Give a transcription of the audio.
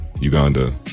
Uganda